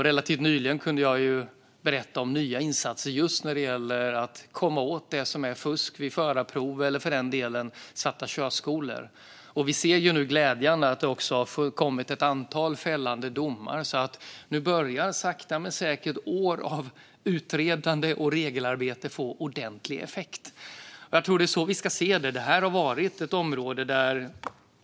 Relativt nyligen kunde jag berätta om nya insatser just när det gäller att komma åt fusk vid förarprov eller för den delen svarta körskolor, och glädjande nog ser vi nu att det också har kommit ett antal fällande domar. Sakta men säkert börjar alltså år av utredande och regelarbete att få ordentlig effekt. Jag tror att det är så vi ska se det.